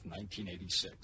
1986